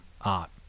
art